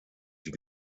die